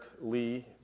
Lee